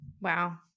Wow